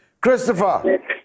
Christopher